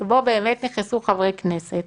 שבו באמת נכנסו חברי כנסת,